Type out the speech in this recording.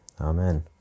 amen